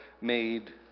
made